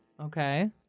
okay